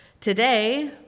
today